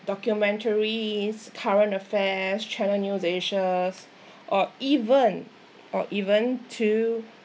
documentaries current affairs channel news asia or even or even to